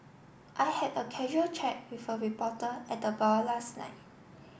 I had a casual chat with a reporter at the bar last night